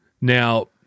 Now